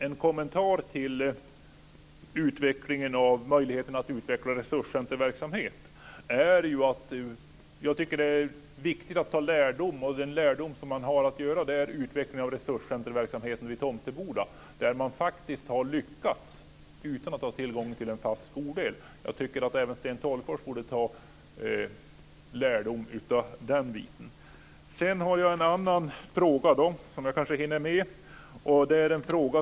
En kommentar till möjligheterna att utveckla resurscentrumverksamhet: Jag tycker att det är viktigt att dra lärdom av resurscentrumverksamheten vid Tomteboda, där man faktiskt har lyckats utan att ha tillgång till en fast skoldel. Även Sten Tolgfors borde dra lärdom av detta. Jag hinner kanske med också en annan fråga.